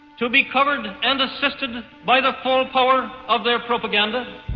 to be covered and and assisted by the full power of their propaganda.